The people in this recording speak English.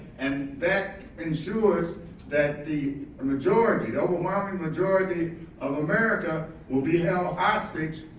and that ensures that the and majority, the overwhelming majority of america, will be held hostage